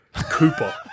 Cooper